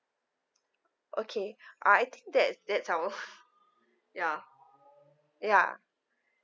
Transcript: okay uh I think that that's all ya ya